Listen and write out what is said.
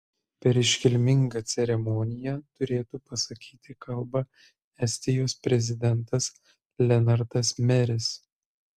per iškilmingą ceremoniją turėtų pasakyti kalbą estijos prezidentas lenartas meris